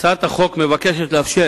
הצעת החוק נועדה לאפשר